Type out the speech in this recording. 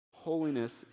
Holiness